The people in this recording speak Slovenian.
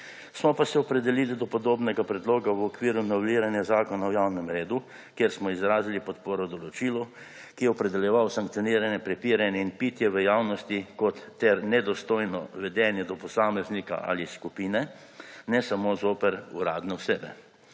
smo se pa opredelili do podobnega predloga v okviru noveliranja Zakona o javnem redu in miru, kjer smo izrazili podporo določilu, ki je opredeljevalo sankcioniranje prepiranja in vpitja v javnosti ter nedostojnega vedenja do posameznika ali skupine, ne samo zoper uradne osebe.